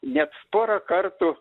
nets pora kartų